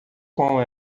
com